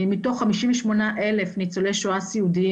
מתוך חמישים ושמונה אלף ניצולי שואה סיעודיים